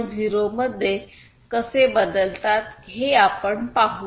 0 मध्ये कसे बदलतात हे आपण पाहू या